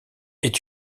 est